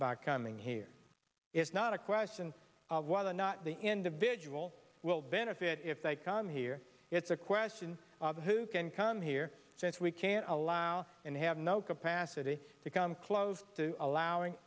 by coming here is not a question of whether or not the individual will benefit if they come here it's a question of who can come here since we can't allow and have no capacity to come close to allowing